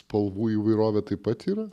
spalvų įvairovė taip pat yra